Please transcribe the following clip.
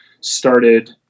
started